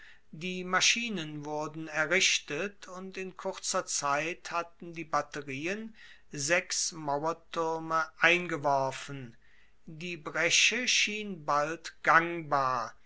die maschinen wurden errichtet und in kurzer zeit hatten die batterien sechs mauertuerme eingeworfen die bresche schien bald gangbar